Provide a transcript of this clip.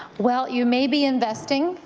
well, you may be investing,